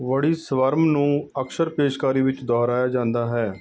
ਵੜੀ ਸਵਰਮ ਨੂੰ ਅਕਸਰ ਪੇਸ਼ਕਾਰੀ ਵਿੱਚ ਦੁਹਰਾਇਆ ਜਾਂਦਾ ਹੈ